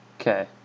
okay